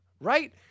right